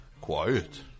Quiet